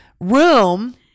room